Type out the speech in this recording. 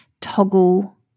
Toggle